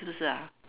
是不是 ah